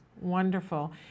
Wonderful